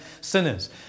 sinners